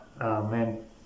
amen